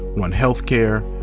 run healthcare.